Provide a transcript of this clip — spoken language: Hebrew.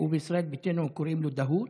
הוא בישראל ביתנו וקוראים לו דאוד?